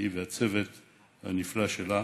היא והצוות הנפלא שלה.